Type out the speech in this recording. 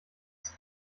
ist